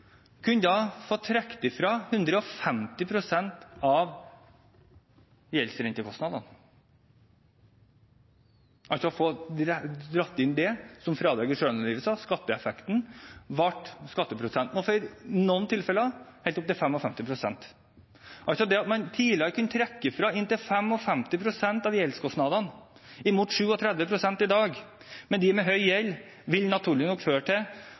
kunne få trekke fra 150 pst. av gjeldsrentekostnadene, altså få tatt det med som fradrag i selvangivelsen – skatteeffekten, skatteprosenten, ble i noen tilfeller helt oppe i 55 pst. Man kunne tidligere trekke fra inntil 55 pst. av gjeldskostnadene, mot 37 pst. i dag, men noen av dem med høy gjeld vil naturlig nok